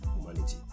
humanity